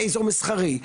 ואזור מסחרי,